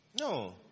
No